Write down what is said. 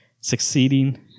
succeeding